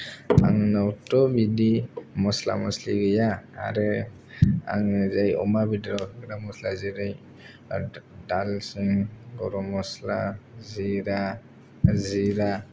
आंनावथ' बिदि मसला मसलि गैया आरो आङो जाय अमा बेदराव होग्रा मसला जेरै दालसिनि गरम मसला जिरा जिरा